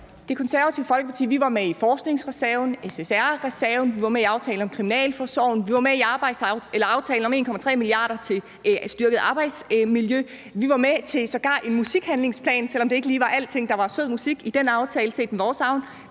Det Konservative Folkeparti var med i forskningsreserven, i SSA-reserven; vi var med i aftalen om kriminalforsorgen; vi var med i aftalen om 1,3 mia. kr. til et styrket arbejdsmiljø; vi var sågar med til en musikhandlingsplan, selv om det ikke lige var alting, der var sød musik i den aftale set med vores øjne;